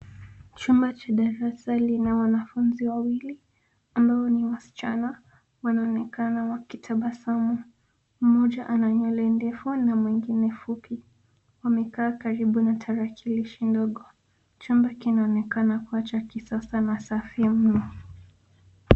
Chumba cha darasa lina wanafunzi wawili ambao ni wasichana wanaonekana wakitabasamu. Mmoja ana nywele ndefu na mwingine fupi. Wamekaa karibu na tarakilishi ndogo. Chumba kinaonekana kuwa cha kisasa na safi mno.